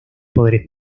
poderes